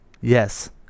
Yes